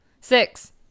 Six